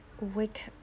Wake